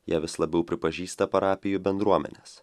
jie vis labiau pripažįsta parapijų bendruomenes